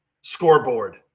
Scoreboard